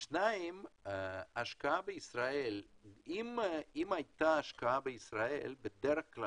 דבר שני, אם הייתה השקעה בישראל בדרך כלל